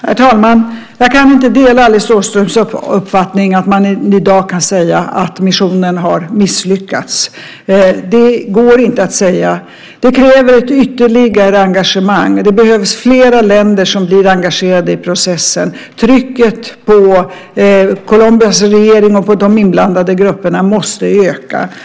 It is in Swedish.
Herr talman! Jag kan inte dela Alice Åströms uppfattning om att man i dag kan säga att missionen har misslyckats. Det går inte att säga så. Det krävs ett ytterligare engagemang. Det behövs flera länder som blir engagerade i processen. Trycket på Colombias regering och på de inblandade grupperna måste öka.